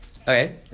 Okay